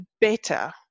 better